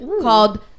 called